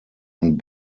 und